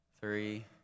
Three